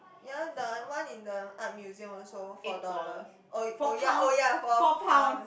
ya the one in the art museum also four dollar oh oh ya oh ya four pounds